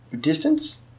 distance